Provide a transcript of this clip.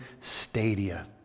stadia